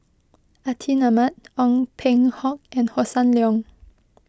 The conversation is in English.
Atin Amat Ong Peng Hock and Hossan Leong